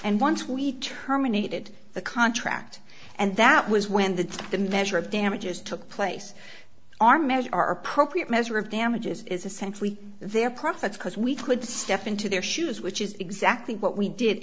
and once we terminated the contract and that was when the the measure of damages took place our measure our appropriate measure of damages is essentially their profits because we could step into their shoes which is exactly what we did